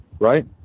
right